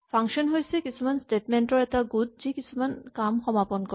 function হৈছে কিছুমান statement ৰ এটা গোট যি কিছুমান কাম সমাপন কৰে